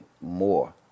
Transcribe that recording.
more